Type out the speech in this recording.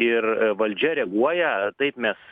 ir valdžia reaguoja taip mes